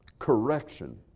Correction